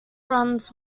runs